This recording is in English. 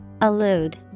Allude